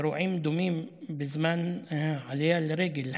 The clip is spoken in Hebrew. אירועים דומים בזמן העלייה לרגל,